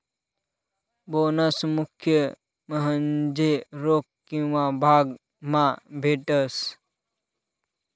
bonus मुख्य म्हन्जे रोक किंवा भाग मा भेटस